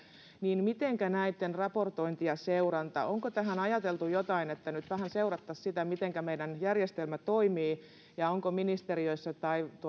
niin mitenkä näitten raportointi ja seuranta onko tähän ajateltu jotain että nyt vähän seurattaisiin sitä mitenkä meidän järjestelmä toimii ja onko ministeriöissä